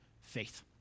faith